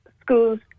schools